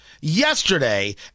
yesterday